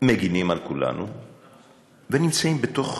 מגִנים על כולנו ונמצאים בתוך